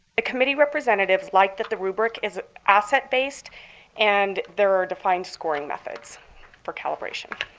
the committee representatives liked that the rubric is asset based and their defined scoring methods for calibration.